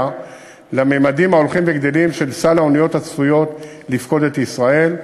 לממדים ההולכים וגדלים של האוניות הצפויות לפקוד את ישראל.